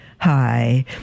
Hi